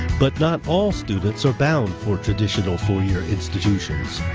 but not all students are bound for traditional four year institutions.